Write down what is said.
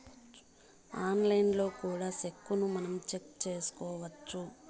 ఆన్లైన్లో కూడా సెక్కును మనం చెక్ చేసుకోవచ్చు